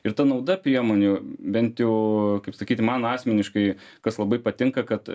ir ta nauda priemonių bent jau kaip sakyti man asmeniškai kas labai patinka kad